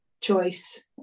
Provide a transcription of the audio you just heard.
choice